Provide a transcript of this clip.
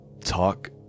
talk